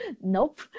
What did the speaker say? nope